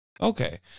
Okay